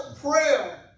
prayer